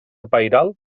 pairal